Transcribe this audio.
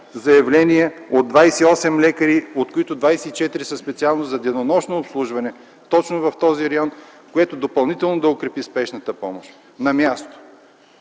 заявления от 28 лекари, от които 24 са специално за денонощно обслужване точно в този район, което допълнително да укрепи спешната помощ на място.